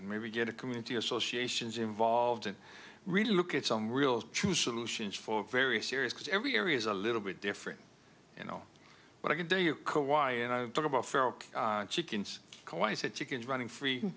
maybe get a community associations involved and really look at some real true solutions for very serious because every area is a little bit different you know what i can do you know why and i talk about feral chickens chickens running free